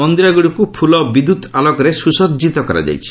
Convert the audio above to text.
ମନ୍ଦିରଗୁଡ଼ିକୁ ଫୁଲ ଓ ବିଦ୍ୟୁତ୍ ଆଲୋକରେ ସୁସଜିତ କରାଯାଇଛି